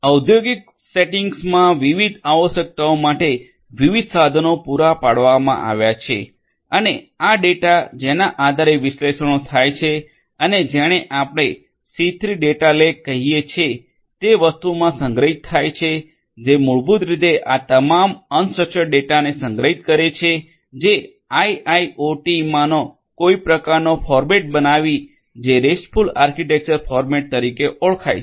ઔદ્યોગિક સેટિંગમાં વિવિધ આવશ્યકતાઓ માટે વિવિધ સાધનો પૂરા પાડવામાં આવ્યાં છે અને આ ડેટા જેના આધારે વિશ્લેષણો થાય છે એ જેને આપણે સી3 ડેટા લેક કહીએ છીએ તે વસ્તુમાં સંગ્રહિત થાય છે જે મૂળભૂત રીતે આ તમામ અનસ્ટ્રકચડ ડેટાને સંગ્રહિત કરે છે જે આઇઆઇઓટીમાં નો કોઈ પ્રકારનો ફોર્મેટ બનાવીને જે રેસ્ટફુલ આર્કિટેક્ચર ફોર્મેટ તરીકે ઓળખાય છે